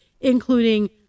including